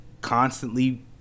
constantly